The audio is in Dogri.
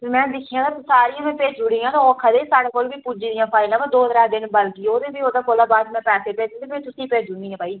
में दिक्खियां ते सारियां में भेज्जी ओड़ियां न ओह् आक्खै दे साढ़े कोल बी पुज्जी दियां फाइलां पर दो त्रै दिन बलगी जाओ ते भी ओह्दे कोला बाद में पैसे भेजगी ते में तुसे ईं भेज्जी ओड़नी आं भाई